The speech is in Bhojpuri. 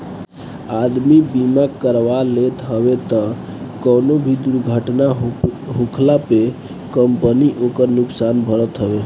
आदमी बीमा करवा लेत हवे तअ कवनो भी दुर्घटना होखला पे कंपनी ओकर नुकसान भरत हवे